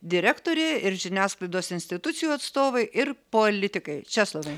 direktorė ir žiniasklaidos institucijų atstovai ir politikai česlovai